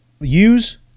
use